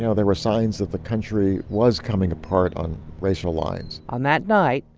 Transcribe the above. know, there were signs that the country was coming apart on racial lines on that night,